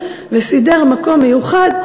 וסידר מקום מיוחד,